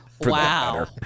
Wow